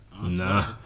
Nah